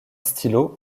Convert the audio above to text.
stylo